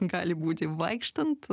gali būti vaikštant